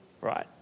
right